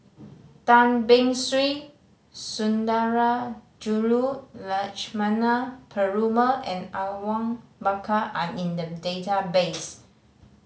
Tan Beng Swee Sundarajulu Lakshmana Perumal and Awang Bakar are in the database